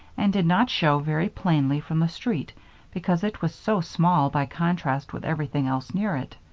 and did not show very plainly from the street because it was so small by contrast with everything else near it.